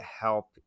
help